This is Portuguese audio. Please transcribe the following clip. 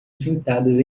sentadas